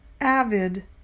avid